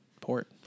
port